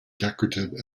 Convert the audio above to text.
decorative